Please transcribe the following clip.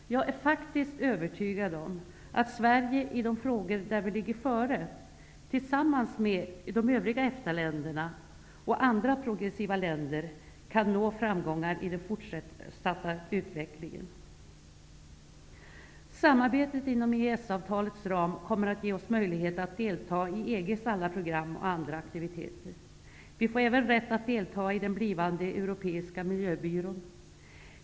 Jag är övertygad om att Sverige i de frågor där vi ligger före, tillsammans med de övriga EFTA länderna och andra progressiva länder, kan nå framgångar i den fortsatta utvecklingen. Samarbetet inom EES-avtalets ram kommer att ge oss möjlighet att delta i EG:s alla program och andra aktiviteter. Vi får även rätt att delta i den blivande europeiska miljöbyrån.